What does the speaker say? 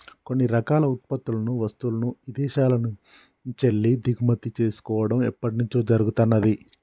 కొన్ని రకాల ఉత్పత్తులను, వస్తువులను ఇదేశాల నుంచెల్లి దిగుమతి చేసుకోడం ఎప్పట్నుంచో జరుగుతున్నాది